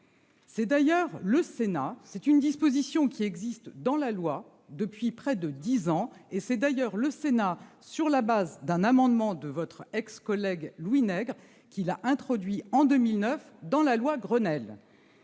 qu'il l'impose. Cette disposition existe dans la loi depuis près de dix ans et c'est d'ailleurs le Sénat, sur la base d'un amendement de votre ex-collègue Louis Nègre, qui l'a introduite en 2009 dans la loi Grenelle